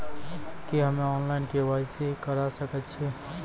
की हम्मे online, KYC करा सकैत छी?